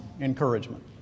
encouragement